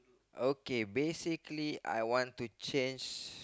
okay basically I want to change